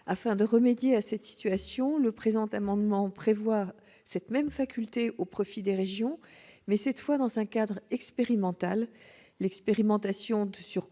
Afin de remédier à cette situation, le présent amendement prévoit cette même faculté au profit des régions, mais cette fois dans un cadre expérimental. L'expérimentation, de surcroît,